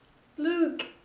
look,